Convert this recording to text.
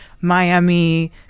Miami